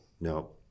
No